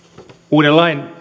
uuden lain